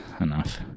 enough